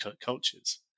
cultures